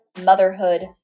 motherhood